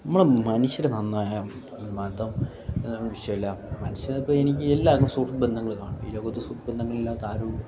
നമ്മളെ മനുഷ്യർ നന്നായാൽ ഈ മതം ശ്യൂല്ല മനുഷ്യരൊപ്പം എനിക്ക് എല്ലാവർക്കും സുഹൃത്ത് ബന്ധങ്ങൾ കാണും ഈ ലോകത്ത് സുഹൃദ്ബന്ധങ്ങൾ ഇല്ലാത്ത ആരുണ്ട്